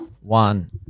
one